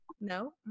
No